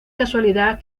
casualidad